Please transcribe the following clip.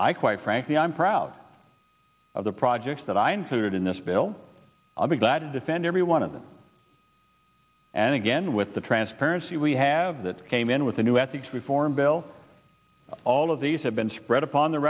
i quite frankly i'm proud of the projects that i included in this bill i'll be glad defend every one of them and again with the transparency we have that came in with a new ethics reform bill all of these have been spread upon the